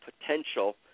potential